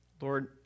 Lord